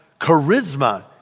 charisma